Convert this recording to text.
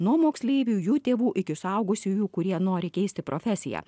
nuo moksleivių jų tėvų iki suaugusiųjų kurie nori keisti profesiją